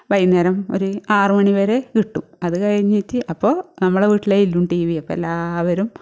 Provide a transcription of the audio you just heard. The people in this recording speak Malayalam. വൈകുന്നേരം ഒരു ആറ് മണി വരെ കിട്ടും അത് കഴിഞ്ഞിട്ട് അപ്പം നമ്മുടെ വീട്ടിലേ ഉള്ളൂ ടി വി അപ്പോൾ എല്ലാവരും